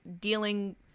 dealing